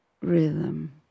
rhythm